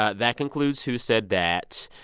ah that concludes who said that.